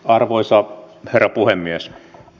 arvoisa herra puhemies